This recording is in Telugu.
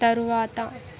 తరువాత